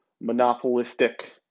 monopolistic